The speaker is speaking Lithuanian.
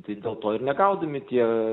tai dėl to ir negaudomi tie